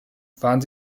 waren